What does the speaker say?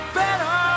better